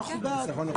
אנחנו בעד.